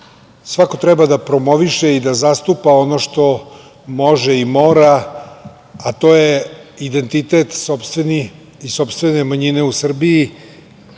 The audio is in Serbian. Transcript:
Svako treba da promoviše i da zastupa ono što može i mora, a to je identitet sopstveni i sopstvene manjine u Srbiji.